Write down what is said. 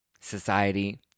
society